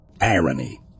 Irony